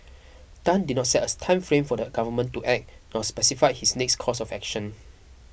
Tan did not set a time frame for the government to act nor specified his next course of action